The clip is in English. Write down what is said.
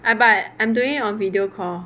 I but I'm doing on video call